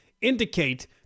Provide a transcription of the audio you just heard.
indicate